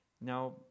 Now